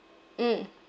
mm